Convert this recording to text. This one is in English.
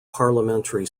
parliamentary